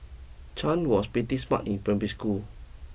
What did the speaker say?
Chan was pretty smart in primary school